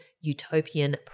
utopian